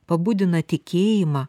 pabudina tikėjimą